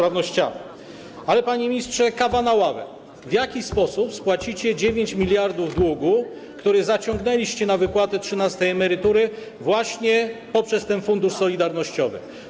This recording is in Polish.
Ale, panie ministrze, kawa na ławę: W jaki sposób spłacicie 9 mld długu, który zaciągnęliście na wypłaty trzynastej emerytury właśnie poprzez ten Fundusz Solidarnościowy?